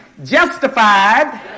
justified